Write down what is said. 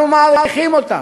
אנחנו מעריכים אותם.